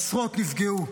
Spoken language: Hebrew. עשרות נפגעו.